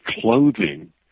clothing